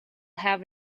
have